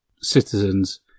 citizens